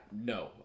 No